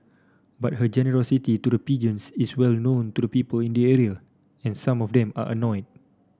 but her generosity to the pigeons is well known to the people in the area and some of them are annoy